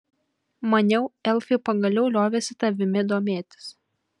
maniau elfai pagaliau liovėsi tavimi domėtis